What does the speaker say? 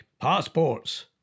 Passports